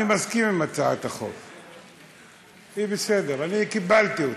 אני מסכים להצעת החוק, היא בסדר, אני קיבלתי אותה.